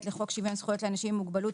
לחוק שוויון זכויות לאנשים עם מוגבלות,